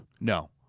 No